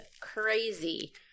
crazy